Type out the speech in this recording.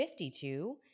52